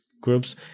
groups